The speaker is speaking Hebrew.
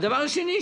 דבר שני,